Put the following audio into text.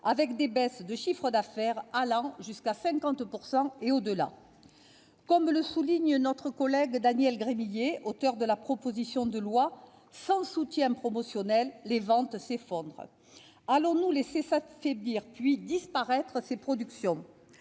avec des baisses de chiffre d'affaires allant jusqu'à 50 % et au-delà. Comme le souligne Daniel Gremillet, auteur de la proposition de loi, « sans soutien promotionnel, les ventes s'effondrent. » Allons-nous laisser s'affaiblir puis disparaître ces productions ?